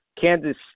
Kansas